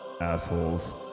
assholes